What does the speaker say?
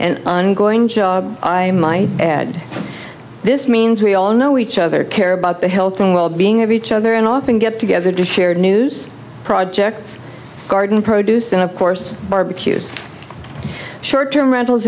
and ongoing i might add this means we all know each other care about the health and well being of each other and often get together to share news projects garden produce and of course barbecues short term rentals